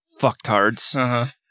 fucktards